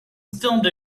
filmed